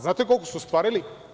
Znate koliko su ostvarili?